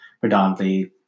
predominantly